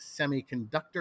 semiconductor